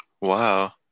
Wow